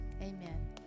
amen